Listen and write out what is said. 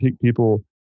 people